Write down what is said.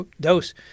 dose